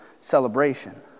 Celebration